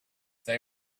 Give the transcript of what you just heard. they